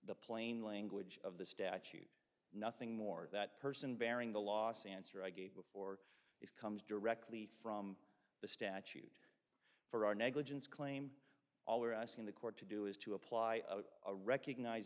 the plain language of the statute nothing more that person bearing the last answer i gave before it comes directly from the statute for our negligence claim all we are asking the court to do is to apply a recognize